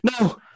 no